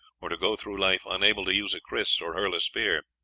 or to go through life unable to use a kris or hurl a spear.